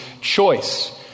choice